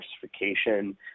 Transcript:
diversification